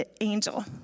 angel